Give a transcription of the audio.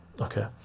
okay